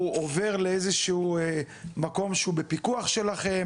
הוא עובר לאיזשהו מקום שהוא בפיקוח שלכם?